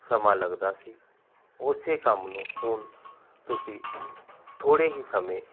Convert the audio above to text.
ਸਮਾਂ ਲੱਗਦਾ ਸੀ ਉਸੇ ਕੰਮ ਨੂੰ ਹੁਣ ਤੁਸੀਂ ਥੋੜ੍ਹੇ ਹੀ ਸਮੇਂ